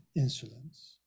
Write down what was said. insulins